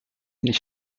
nicht